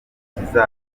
kizaza